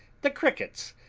the crickets,